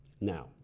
Now